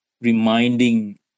reminding